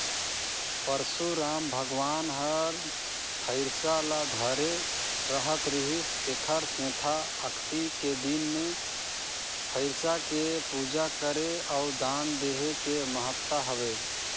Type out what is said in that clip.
परसुराम भगवान हर फइरसा ल धरे रहत रिहिस तेखर सेंथा अक्ती के दिन मे फइरसा के पूजा करे अउ दान देहे के महत्ता हवे